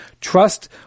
Trust